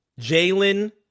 Jalen